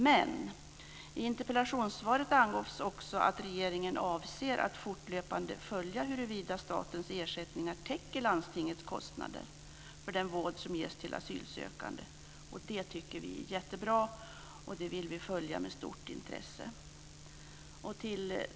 Men i interpellationssvaret angavs också att regeringen avser att fortlöpande följa huruvida statens ersättningar täcker landstingets kostnader för den vård som ges till asylsökande. Det tycker vi är jättebra, och det vill vi följa med stort intresse.